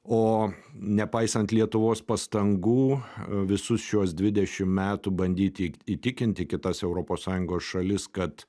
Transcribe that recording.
o nepaisant lietuvos pastangų visus šiuos dvidešim metų bandyti įtikinti kitas europos sąjungos šalis kad